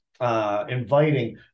Inviting